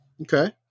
Okay